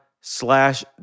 slash